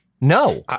No